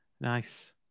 Nice